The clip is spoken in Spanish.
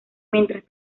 mientras